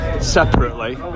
separately